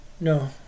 No